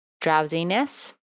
drowsiness